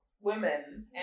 women